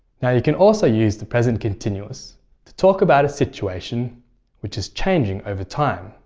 now, you can also use the present continuous to talk about a situation which is changing over time.